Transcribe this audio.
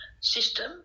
system